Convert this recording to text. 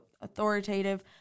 authoritative